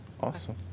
Awesome